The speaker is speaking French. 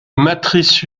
matrice